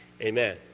Amen